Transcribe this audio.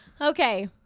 Okay